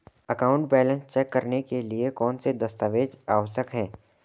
Account balance check करने के लिए कौनसे दस्तावेज़ आवश्यक हैं?